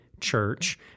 church